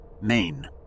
Maine